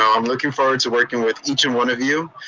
um i'm looking forward to working with each and one of you.